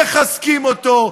מחזקים אותו,